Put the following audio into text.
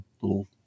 little